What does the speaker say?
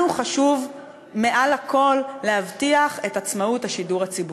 לנו חשוב מעל הכול להבטיח את עצמאות השידור הציבורי.